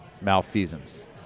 malfeasance